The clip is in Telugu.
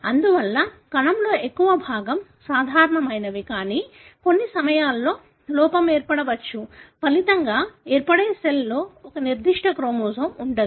అందువల్ల కణంలో ఎక్కువ భాగం సాధారణమైనవి కానీ కొన్ని సమయాల్లో లోపం ఏర్పడవచ్చు ఫలితంగా ఏర్పడే సెల్లో ఒక నిర్దిష్ట క్రోమోజోమ్ ఉండదు